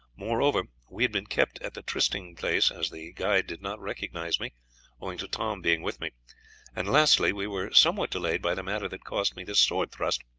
moreover, we had been kept at the trysting-place, as the guide did not recognize me owing to tom being with me and lastly, we were somewhat delayed by the matter that cost me this sword-thrust,